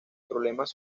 problemas